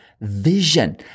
vision